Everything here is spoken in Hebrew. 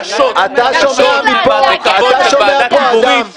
שפוגעות קשות בוועדה ציבורית,